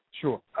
Sure